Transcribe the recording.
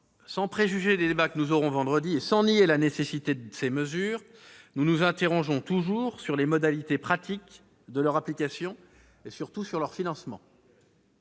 sans préjuger des débats que nous aurons vendredi et sans nier la nécessité de ces mesures, nous nous interrogeons toujours sur les modalités pratiques de leur application, et surtout sur leur financement.